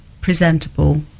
presentable